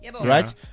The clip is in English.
right